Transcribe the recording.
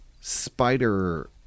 spider